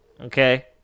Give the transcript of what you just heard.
okay